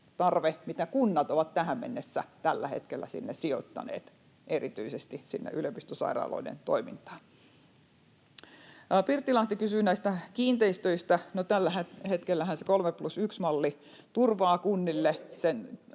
mitä kunnat ovat tähän mennessä, tällä hetkellä, sinne sijoittaneet, erityisesti sinne yliopistosairaaloiden toimintaan. Pirttilahti kysyi kiinteistöistä. No, tällä hetkellähän se 3+1-malli turvaa kunnille